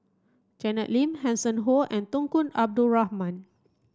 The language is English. Janet Lim Hanson Ho and Tunku Abdul Rahman